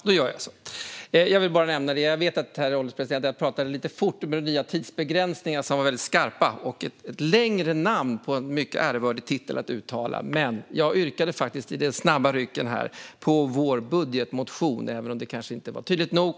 Herr ålderspresident! Jag vet att jag pratade lite fort i och med de nya tidsbegränsningarna, som är väldigt skarpa. Det finns ett längre namn på en mycket ärevördig titel att uttala, men jag yrkade faktiskt i de snabba rycken här bifall till vår budgetmotion - även om det inte var tydligt nog.